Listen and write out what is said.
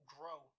grow